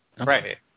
Right